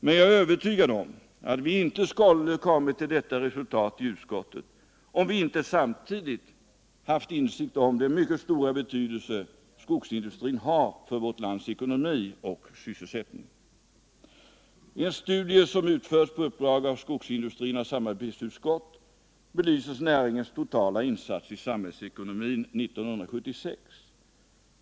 Men jag är övertygad om att vi inte skulle kommit till dessa resultat i utskottet, om vi inte samtidigt hade haft insikt om den mycket stora betydelse skogsindustrin har för vårt lands ekonomi och för sysselsättningen. I en studie, som utförts på uppdrag av Skogsindustriernas samarbetsutskott, belyses näringens totala insats i samhällsekonomin 1976.